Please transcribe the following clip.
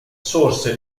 sorse